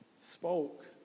spoke